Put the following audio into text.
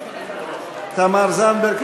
תמר זנדברג,